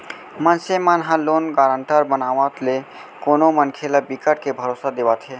मनसे मन ह लोन गारंटर बनावत ले कोनो मनखे ल बिकट के भरोसा देवाथे